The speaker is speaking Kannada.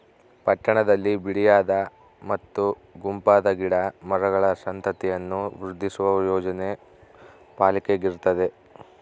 ಪಟ್ಟಣದಲ್ಲಿ ಬಿಡಿಯಾದ ಮತ್ತು ಗುಂಪಾದ ಗಿಡ ಮರಗಳ ಸಂತತಿಯನ್ನು ವೃದ್ಧಿಸುವ ಯೋಜನೆ ಪಾಲಿಕೆಗಿರ್ತತೆ